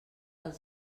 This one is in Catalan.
del